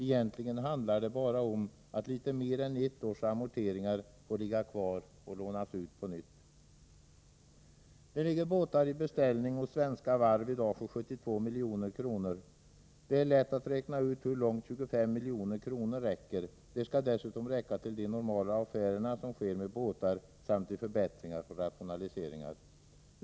Egentligen handlar det bara om att litet mer än ett års amorteringar får ligga kvar och lånas ut på nytt. Det ligger beställningar på båtar hos svenska varv för 72 milj.kr. f.n. Det är då lätt att räkna ut hur långt 25 miljoner räcker. De skall dessutom räcka till de normala affärer som sker med båtar samt till förbättringar och rationaliseringar.